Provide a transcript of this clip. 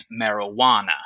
marijuana